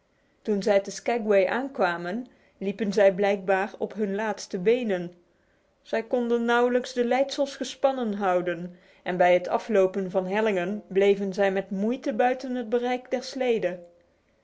toen zij te skaguay aankwamen liepen zij schijnbaar op hun laatste benen zij konden nauwelijks de leidsels gespannen houden en bij het aflopen van hellingen bleven zij met moeite buiten het bereik der slede